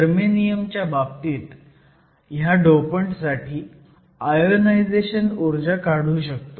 जर्मेनियमच्या बाबतीत ह्या डोपंट साठी आयोनायझेशन ऊर्जा काढू शकतो